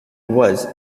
was